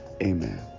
amen